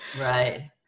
Right